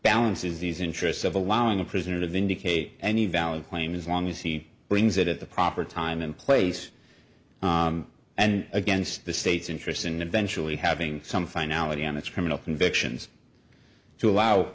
balances these interests of allowing a prisoner to vindicate any valid claim as long as he brings it at the proper time and place and against the state's interests and eventually having some finality on its criminal convictions to allow